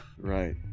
Right